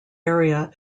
area